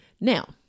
Now